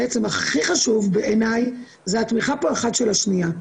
הכי חשוב בעיניי זה התמיכה פה אחת של השנייה.